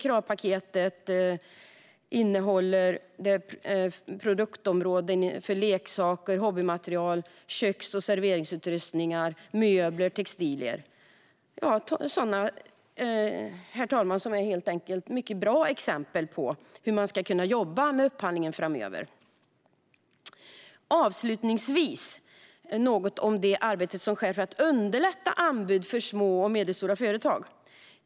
Kravpaketet innehåller produktområdena leksaker, hobbymaterial, köks och serveringsutrustningar, möbler och textilier. Det är, herr talman, helt enkelt ett mycket bra exempel på hur man ska kunna jobba med upphandlingar framöver. Avslutningsvis något om det arbete som sker för att underlätta anbud för små och medelstora företag.